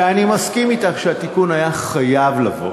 ואני מסכים אתך שהתיקון היה חייב לבוא,